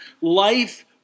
life